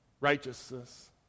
Righteousness